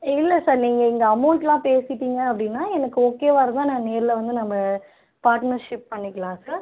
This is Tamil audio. இல்லை சார் நீங்கள் இங்கே அமௌன்ட்லாம் பேசிவிட்டீங்க அப்படினா எனக்கு ஓகேவாக இருந்தால் நான் நேரில் வந்து நம்ம பார்ட்னர்ஷிப் பண்ணிக்கலாம் சார்